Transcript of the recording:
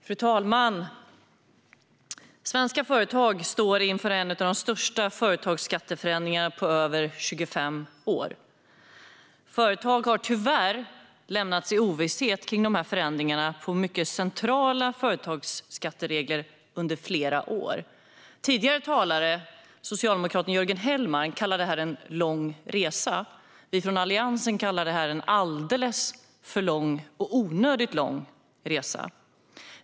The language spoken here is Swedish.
Fru talman! Svenska företag står inför en av de största företagsskatteförändringarna på över 25 år. Företag har tyvärr lämnats i ovisshet om förändringarna av mycket centrala företagsskatteregler under flera år. Tidigare talare, socialdemokraten Jörgen Hellman, kallar det en lång resa. Vi från Alliansen kallar det för en alldeles för lång och onödigt lång resa.